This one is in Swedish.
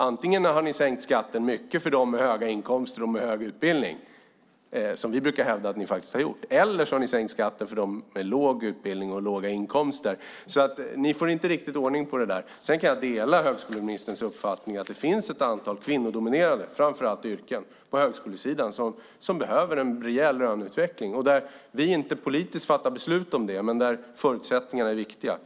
Antingen har ni sänkt skatten mycket för dem med höga inkomster och hög utbildning, som vi brukar hävda att ni har gjort, eller så har ni sänkt skatten för dem med låg utbildning och låga inkomster. Ni får inte riktigt ordning på det där. Jag kan dela högskoleministerns uppfattning att det finns ett antal framför allt kvinnodominerade yrken på högskolesidan som behöver en rejäl löneutveckling. Vi fattar inte beslut om det politiskt, men förutsättningarna är viktiga.